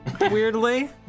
weirdly